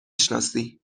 شناسی